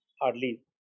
hardly